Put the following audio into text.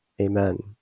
Amen